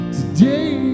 Today